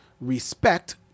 Respect